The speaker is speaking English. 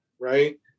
right